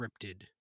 scripted